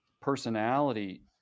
personality